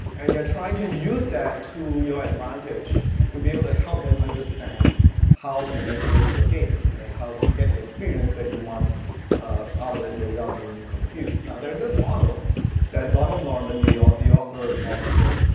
and you are trying to use that to your advantage to be able to help them understand how to manipulate your game and how to get the experience that you want out of it without being confused. now, there's this model that donald norman, the ah the author off this book,